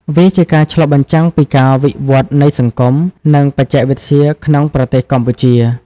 វាជាការឆ្លុះបញ្ចាំងពីការវិវឌ្ឍន៍នៃសង្គម និងបច្ចេកវិទ្យាក្នុងប្រទេសកម្ពុជា។